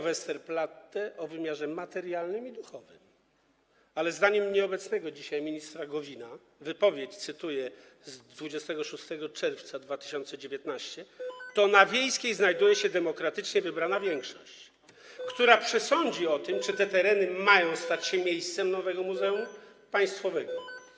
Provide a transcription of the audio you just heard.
Westerplatte o wymiarze materialnym i duchowym, ale zdaniem nieobecnego tu dzisiaj ministra Gowina - cytuję wypowiedź z 26 czerwca 2019 r. - to na Wiejskiej znajduje się demokratycznie wybrana większość, która przesądzi o tym, czy te tereny mają stać się miejscem nowego muzeum państwowego.